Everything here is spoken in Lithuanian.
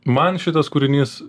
man šitas kūrinys